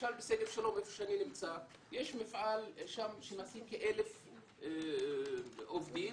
למשל בשגב שלום איפה שאני נמצא יש מפעל שמעסיק כ-1,000 עובדים